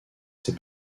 ses